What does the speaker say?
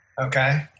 Okay